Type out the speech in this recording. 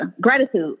gratitude